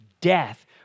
Death